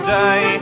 day